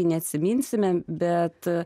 neatsiminsime bet